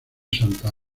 santa